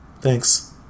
Thanks